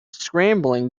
scrambling